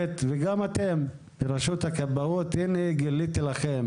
כאיד, אני אנהל איתך שיחה על כך